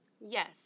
Yes